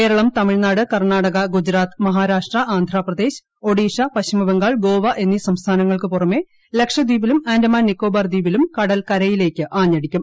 കേരളം തമിഴ്നാട് കർണ്ണാടക ഗുജറാത്ത് മഹാരാഷ്ട്ര ആന്ധ്രാപ്രദേശ് ഒഡീഷ പശ്ചിമബംഗാൾ ഗോവ എന്നീ സംസ്ഥാനങ്ങൾക്കു പുറമേ ലക്ഷദ്വീപിലും ആൻ്റമാൻ നിക്കോബാർ ദ്വീപിലും കടൽ കരയിലേക്ക് ആഞ്ഞടിക്കും